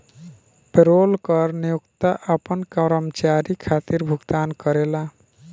payroll कर नियोक्ता आपना कर्मचारी खातिर भुगतान करेला